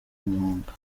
muhanga